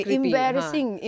embarrassing